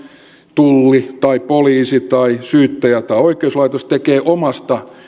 tulli tai poliisi tai syyttäjä tai oikeuslaitos tekee omasta